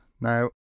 Now